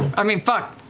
i mean, fuck.